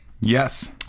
Yes